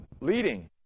leading